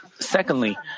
Secondly